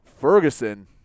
Ferguson